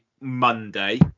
monday